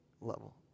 level